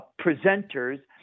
presenters